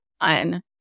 on